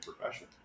profession